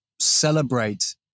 celebrate